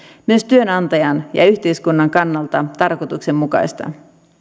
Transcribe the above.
myös työnantajan ja yhteiskunnan kannalta tarkoituksenmukaista